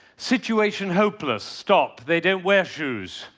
situation hopeless. stop. they don't wear shoes.